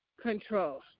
control